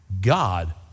God